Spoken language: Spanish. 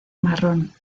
marrón